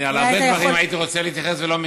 להרבה דברים הייתי רוצה להתייחס ולא מתייחס.